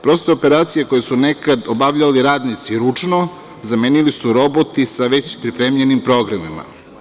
Proste operacije koje su nekada obavljali radnici ručno, zamenili su roboti sa već pripremljenim programima.